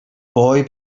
boy